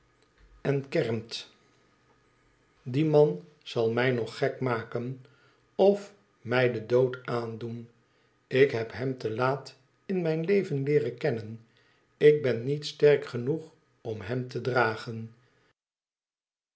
en kermt die man zal mij nog gek maken of mij den dood aandoen ik heb hem te laat in mijn leven leeren kennen ik ben niet sterk genoeg om hem te dragen